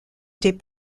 des